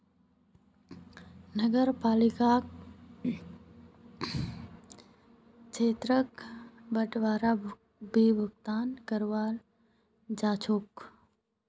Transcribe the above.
नगरपालिका क्षेत्रक वार्डोत विभक्त कराल जा छेक